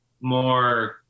more